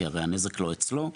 כי הרי הנזק לא אצלו,